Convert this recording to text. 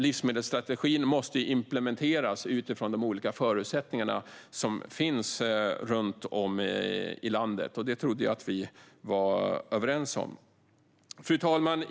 Livsmedelsstrategin måste implementeras utifrån de olika förutsättningar som finns runt om i landet; det trodde jag att vi var överens om. Fru talman!